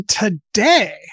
today